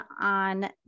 on